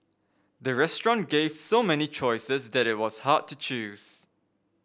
the restaurant gave so many choices that it was hard to choose